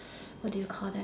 what do you call that